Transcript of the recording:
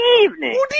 evening